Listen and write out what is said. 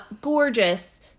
gorgeous